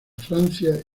francia